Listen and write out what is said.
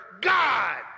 God